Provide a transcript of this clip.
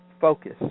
focus